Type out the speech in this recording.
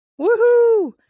Woohoo